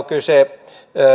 kyse